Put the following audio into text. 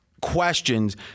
questions